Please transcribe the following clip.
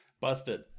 busted